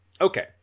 Okay